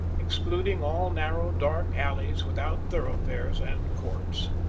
excluding all narrow, dark alleys without thoroughfares, and courts